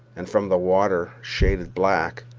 and from the water, shaded black,